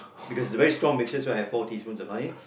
because it's a very strong mixture so I have four teaspoons of honey